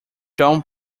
john